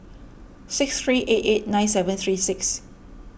six three eight eight nine seven three six